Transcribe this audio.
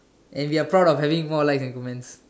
and we are proud of having more likes and comments